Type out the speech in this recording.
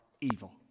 evil